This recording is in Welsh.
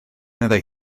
meddai